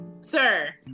Sir